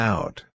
Out